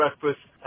breakfast